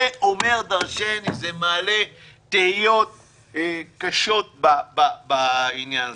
זה אומר דרשני, זה מעלה תהיות קשות בעניין הזה.